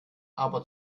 aber